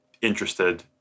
interested